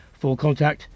FullContact